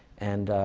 and